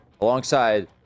alongside